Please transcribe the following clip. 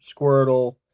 squirtle